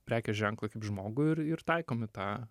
prekės ženklą kaip žmogų ir ir taikom į tą